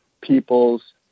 people's